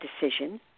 decision